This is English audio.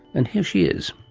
and here she is.